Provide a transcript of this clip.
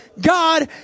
God